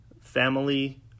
family